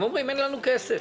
הם אומרים, אין לנו כסף.